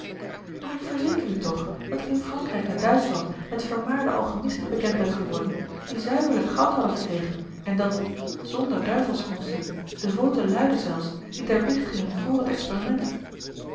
maar ik verzeker u toch dat ik in frankrijk en duitschland met vermaarde alchimisten bekend ben geworden die zuiverlijk goud hadden verkregen en dat zonder duivelskonsten devote luiden zelfs die ter biecht gingen vr het experiment